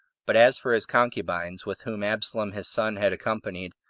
but as for his concubines, with whom absalom his son had accompanied,